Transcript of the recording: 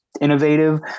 innovative